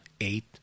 eight